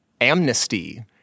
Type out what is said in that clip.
Amnesty